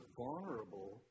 vulnerable